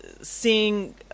seeing –